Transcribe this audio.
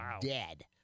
dead